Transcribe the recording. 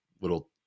little